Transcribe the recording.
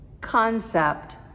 concept